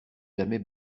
jamais